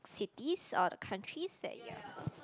cities or the countries that you are